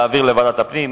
להעביר לוועדת הפנים,